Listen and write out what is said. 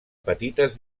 petites